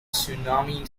tsunami